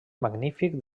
magnífic